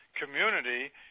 community